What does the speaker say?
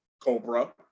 Cobra